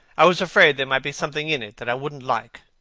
i was afraid there might be something in it that i wouldn't like.